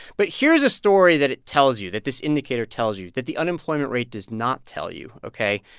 but here's a story that it tells you, that this indicator tells you that the unemployment rate does not tell you, ok?